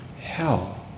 hell